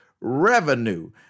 revenue